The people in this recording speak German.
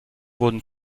wurden